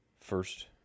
First